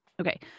Okay